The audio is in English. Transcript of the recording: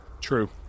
True